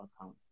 account